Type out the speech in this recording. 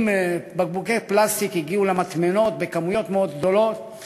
פלסטיק הגיעו למטמנות בכמויות גדולות מאוד.